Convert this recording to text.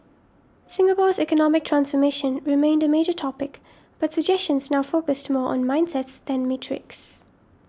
Singapore's economic transformation remained a major topic but suggestions now focused more on mindsets than metrics